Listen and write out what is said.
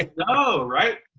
like no, right.